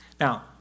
Now